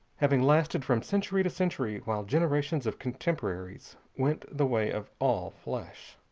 having lasted from century to century while generations of contemporaries went the way of all flesh.